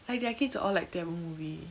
like their kids are all like tamil movie